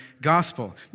gospel